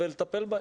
אז אני מאפשר לכם.